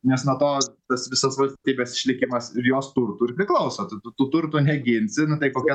nes nuo to tas visas valstybės išlikimas ir jos turtų ir priklauso tai tu tų turtų neginsi nu tai kokia